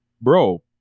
bro